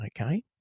okay